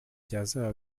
byazaba